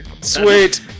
Sweet